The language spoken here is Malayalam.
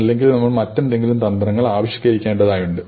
അല്ലെങ്കിൽ നമ്മൾ മറ്റെന്തെങ്കിലും തന്ത്രങ്ങൾ ആവിഷ്കരിക്കേണ്ടതായുണ്ട്